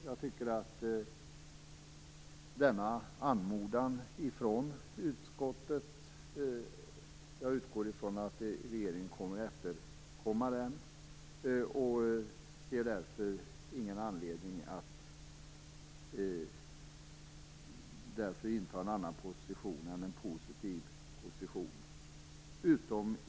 Jag utgår från att regeringen kommer att hörsamma denna anmodan från utskottet och ser därför inte anledning att inta annat än en positiv position.